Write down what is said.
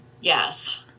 yes